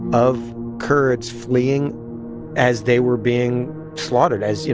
of kurds fleeing as they were being slaughtered, as, you